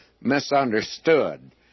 misunderstood